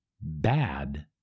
bad